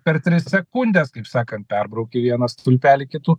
per tris sekundes kaip sakant perbraukė vieną stulpelį kitu